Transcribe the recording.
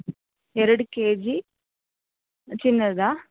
ಎರಡು K G ಚಿನ್ನಕ್ಕಾ